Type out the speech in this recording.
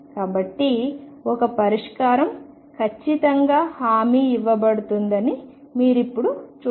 కాబట్టి ఒక పరిష్కారం ఖచ్చితంగా హామీ ఇవ్వబడుతుందని మీరు ఇప్పుడు చూస్తారు